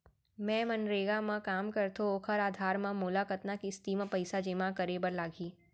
मैं मनरेगा म काम करथो, ओखर आधार म मोला कतना किस्ती म पइसा जेमा करे बर लागही?